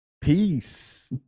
peace